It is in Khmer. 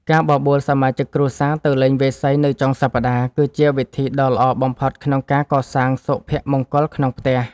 ការបបួលសមាជិកគ្រួសារទៅលេងវាយសីនៅចុងសប្តាហ៍ គឺជាវិធីដ៏ល្អបំផុតក្នុងការកសាងសុភមង្គលក្នុងផ្ទះ។